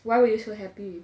why were you so happy